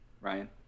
Ryan